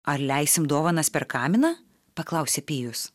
ar leisim dovanas per kaminą paklausė pijus